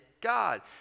God